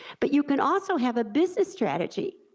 but you can also have a business strategy,